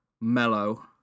mellow